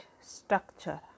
structure